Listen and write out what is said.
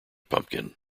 pumpkin